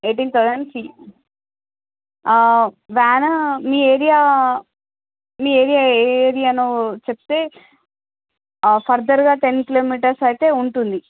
eighteen thousand fee van మీ area మీ area ఏది అనో చెప్తే ఫరధర్గా టెన్ కిలోమీటర్స్ అయితే ఉంటుంది